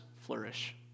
flourish